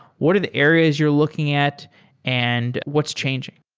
what are the areas you're looking at and what's changing?